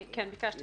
אני כן, ביקשתי.